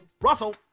Russell